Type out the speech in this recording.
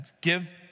give